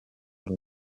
l’on